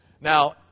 Now